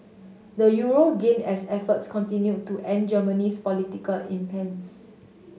the Euro gained as efforts continued to end Germany's political impasse